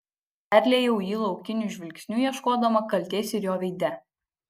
perliejau jį laukiniu žvilgsniu ieškodama kaltės ir jo veide